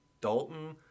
Dalton